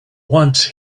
once